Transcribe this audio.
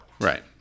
Right